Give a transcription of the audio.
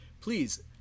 Please